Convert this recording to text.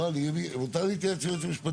לא, אני, מותר לי להתייעץ עם היועץ המשפטי.